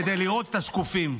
כדי לראות את השקופים,